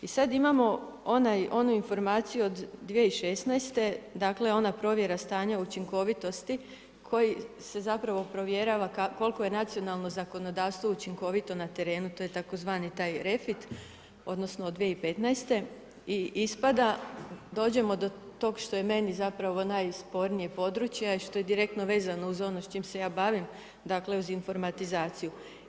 I sada imamo onu informaciju od 2016. dakle ona provjera stanja učinkovitosti, koji se zapravo provjerava, koliko je nacionalno zakonodavstvo učinkovito na terenu, to je tzv. taj refit, odnosno, 2015. i ispada dođemo do toga što je meni zapravo najspornije područje, a i što je direktno vezano uz ono s čim se ja bavim, dakle, uz informatizaciju.